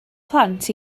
plant